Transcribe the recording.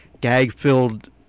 gag-filled